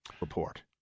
report